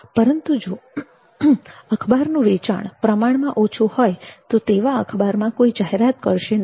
પરંતુ જો અખબારના વેચાણનું પ્રમાણ ઓછું હોય તો તેવા અખબારમાં કોઈ જાહેરાત કરશે નહીં